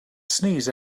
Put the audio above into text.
sneeze